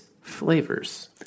flavors